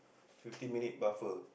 fifty minute buffer